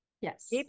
Yes